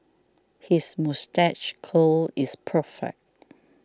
his moustache curl is perfect